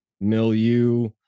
milieu